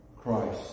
Christ